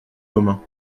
commun